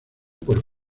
por